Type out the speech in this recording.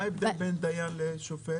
מה ההבדל בין דיין לשופט?